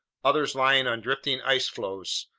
others lying on drifting ice floes,